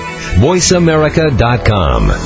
voiceamerica.com